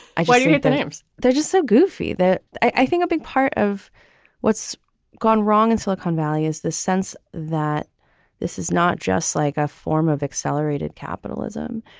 i hate their names. they're just so goofy that i think a big part of what's gone wrong in silicon valley is the sense that this is not just like a form of accelerated capitalism,